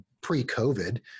pre-COVID